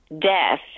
death